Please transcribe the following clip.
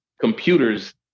computers